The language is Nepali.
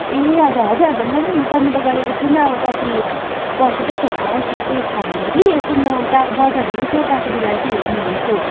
ए हजुर हजुर हजुर मैले पनि गर्नु त गरेको छुइनँ अब कति पर्छ त्यस्तोहरू त मलाई केही केही थाहा भएन कि यसो म गा बजारहरू यसो गएको बेला चाहिँ हेर्ने गर्छु हौ